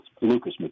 Lucas